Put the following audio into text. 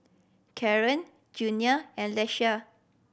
Caron Junia and Ieshia